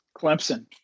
Clemson